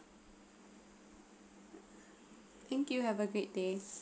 thank you have a great day